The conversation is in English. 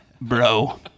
Bro